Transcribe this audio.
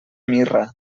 mirra